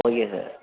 okay sir